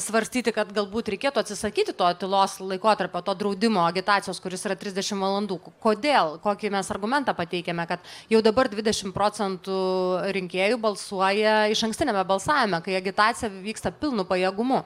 svarstyti kad galbūt reikėtų atsisakyti to tylos laikotarpio to draudimo agitacijos kuris yra trisdešim valandų kodėl kokį mes argumentą pateikiame kad jau dabar dvidešim procentų rinkėjų balsuoja išankstiniame balsavime kai agitacija vyksta pilnu pajėgumu